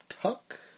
Tuck